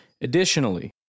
Additionally